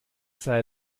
sei